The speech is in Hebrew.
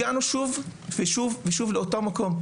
הגענו שוב ושוב לאותו מקום.